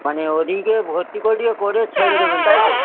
মানে ওই দিনকে ভর্তি করিয়ে করে ছেড়ে দেবেন তাই তো